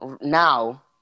now